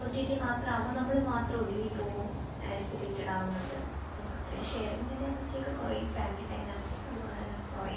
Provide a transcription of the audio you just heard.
O T T മാത്രമാവുമ്പോൾ നമ്മൾ മാത്രമൊതുങ്ങി പോവും ആക്സിഡേറ്റഡാവുന്നുണ്ട് അപ്പം അത്രയും ഷെയറിംഗ് മെൻ്റാലിറ്റിയൊക്കെ കുറയും ഫാമിലി ഡൈനാമിക്സ് അതുപോലെ തന്നെ കുറയും